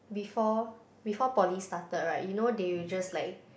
before before poly started right you know they will just like